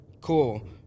Cool